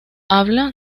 habla